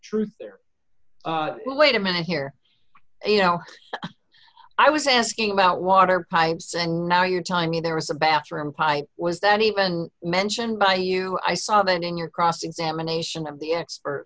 truth there wait a minute here you know i was asking about water pipes and now your timing there was a bathroom pipe was that even mentioned by you i saw then in your cross examination of the expert